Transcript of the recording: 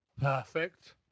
Perfect